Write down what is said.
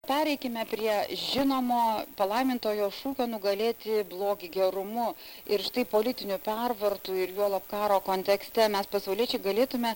pereikime prie žinomo palaimintojo šūkio nugalėti blogį gerumu ir štai politinių pervartų ir juolab karo kontekste mes pasauliečiai galėtume